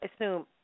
assume